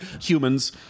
humans